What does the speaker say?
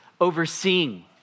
overseeing